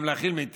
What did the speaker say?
גם להכיל מתים,